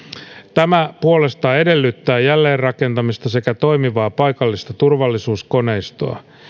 tämä puolestaan edellyttää jälleenrakentamista sekä toimivaa paikallista turvallisuuskoneistoa